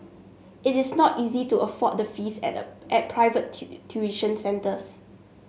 it is not easy to afford the fees at the at private tuition centres